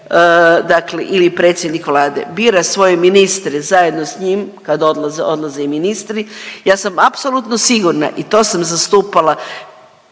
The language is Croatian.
dakle ili predsjednik Vlade bira svoje ministre zajedno s njim, kad odlaze, odlaze i ministri, ja sam apsolutno sigurna i to sam zastupala